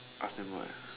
ask them right